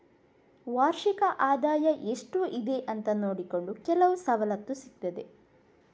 ವಾರ್ಷಿಕ ಆದಾಯ ಎಷ್ಟು ಇದೆ ಅಂತ ನೋಡಿಕೊಂಡು ಕೆಲವು ಸವಲತ್ತು ಸಿಗ್ತದೆ